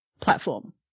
platform